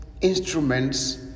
instruments